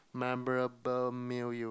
memorable meal you